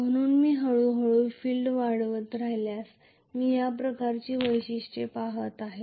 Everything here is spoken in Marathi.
म्हणून मी हळूहळू फील्ड वाढवत राहिल्यास मी या प्रकारची वैशिष्ट्ये पाहत आहे